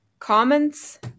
Comments